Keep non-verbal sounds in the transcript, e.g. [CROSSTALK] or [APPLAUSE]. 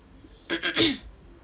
[COUGHS]